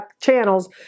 channels